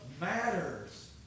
matters